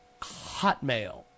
Hotmail